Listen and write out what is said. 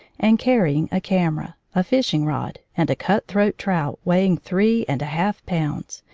and carry ing a camera, a fishing-rod, and a cutthroat trout weighing three and a half pounds,